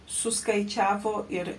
suskaičiavo ir